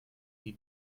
die